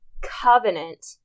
covenant